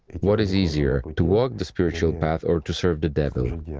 what is easier to walk the spiritual path or to serve the devil?